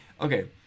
Okay